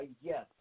Yes